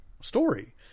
story